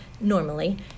normally